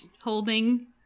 holding